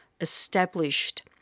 established